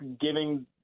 giving